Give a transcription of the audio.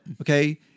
Okay